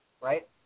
right